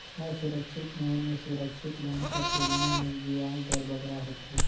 असुरक्छित लोन में सुरक्छित लोन कर तुलना में बियाज दर बगरा होथे